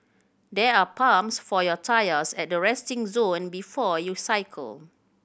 there are pumps for your tyres at the resting zone before you cycle